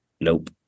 Nope